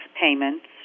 payments